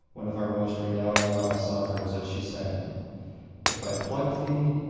one of our most renowned nara sovereigns, as she sang if i pluck thee,